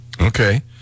Okay